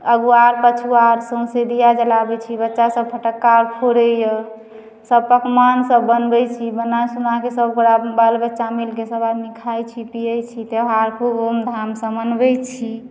अगुआर पछुआर सौँसै दिया जड़ाबै छी बच्चासभ फटक्का आओर फोड़ैए सभ पकवानसभ बनबैत छी बना सुनाके सभगोटाए बच्चासभ मिलिके सभआदमी खाइत छी पियैत छी त्यौहार खूब धूमधामसँ मनबैत छी